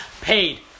paid